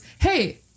hey